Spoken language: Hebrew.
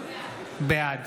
בעד